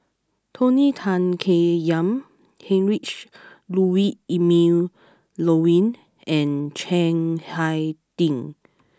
Tony Tan Keng Yam Heinrich Ludwig Emil Luering and Chiang Hai Ding